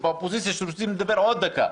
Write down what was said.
מהאופוזיציה שרוצים לדבר עוד דקה,